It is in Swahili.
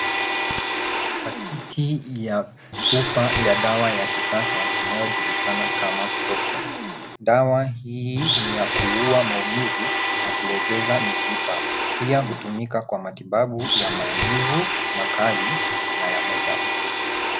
Pakiti ya chupa ya dawa ya kisasa inayojulikana kama brufen. Dawa hii ni ya kuuwa maumivu na kulegeza mishipa. Pia hutumika kwa matibabu ya maumivu makali na ya muda mfupi.